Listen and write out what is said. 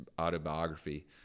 autobiography